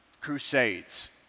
crusades